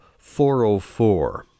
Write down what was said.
404